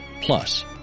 plus